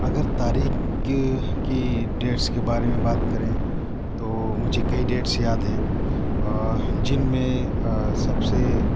اگر تاریخ کے کی ڈیٹس کے بارے میں بات کریں تو مجھے کئی ڈیٹس یاد ہیں جن میں سب سے